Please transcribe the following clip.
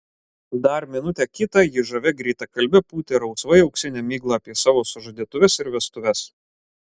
dar minutę kitą ji žavia greitakalbe pūtė rausvai auksinę miglą apie savo sužadėtuves ir vestuves